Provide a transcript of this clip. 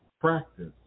practice